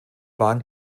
waren